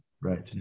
right